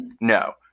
No